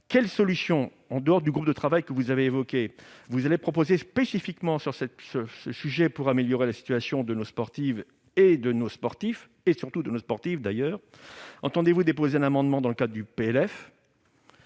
quelles solutions, en dehors du groupe de travail que vous avez évoqué, allez-vous proposer spécifiquement sur ce sujet pour améliorer la situation de nos sportifs, et surtout de nos sportives ? Entendez-vous déposer un amendement dans le cadre du